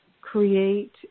create